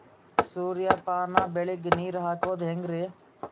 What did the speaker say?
ಸೂರ್ಯಪಾನ ಬೆಳಿಗ ನೀರ್ ಹಾಕೋದ ಹೆಂಗರಿ?